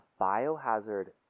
biohazard